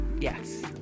yes